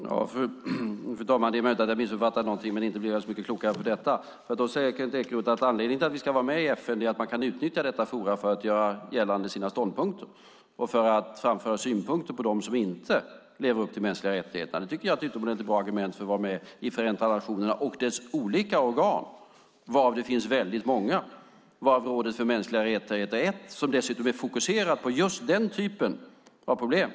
Fru talman! Det är möjligt att jag har missuppfattat någonting, men inte blev jag så mycket klokare av detta. Kent Ekeroth säger att anledningen till att vi ska vara med i FN är att man kan utnyttja detta forum för att göra gällande sina ståndpunkter och för att framföra synpunkter på dem som inte lever upp till de mänskliga rättigheterna. Det tycker jag är ett utomordentligt bra argument för att vara med i Förenta nationerna och dess olika organ, varav det finns väldigt många. Rådet för mänskliga rättigheter är ett av dessa organ som dessutom är fokuserat på just den typen av problem.